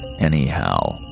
Anyhow